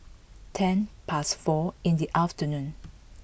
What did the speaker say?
ten past four in the afternoon